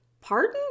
Pardon